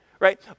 Right